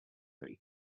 free